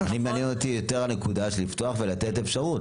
אני מעניין אותי יותר הנקודה של לפתוח ולתת אפשרות.